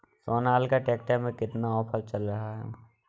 Sonalika tractor में कितना offer चल रहा है?